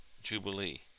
jubilee